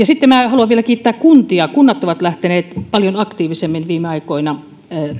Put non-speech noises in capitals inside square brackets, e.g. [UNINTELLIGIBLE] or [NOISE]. [UNINTELLIGIBLE] sitten minä haluan vielä kiittää kuntia kunnat ovat lähteneet paljon aktiivisemmin viime aikoina